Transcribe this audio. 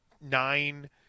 nine